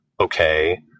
okay